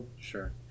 Sure